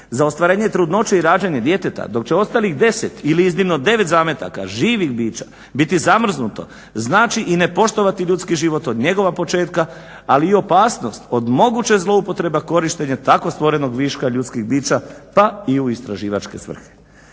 za ostvarenje trudnoće i rađanje djeteta, dok će ostalih 10 ili iznimno 9 zametaka, živih bića biti zamrznuto znači i ne poštovati ljudski život od njegova početka, ali i opasnost od moguće zloupotrebe korištenja tako stvorenog viška ljudskih bića pa i u istraživačke svrhe.